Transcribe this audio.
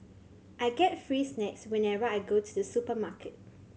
I get free snacks whenever I go to the supermarket